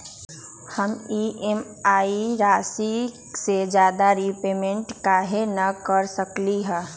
हम ई.एम.आई राशि से ज्यादा रीपेमेंट कहे न कर सकलि ह?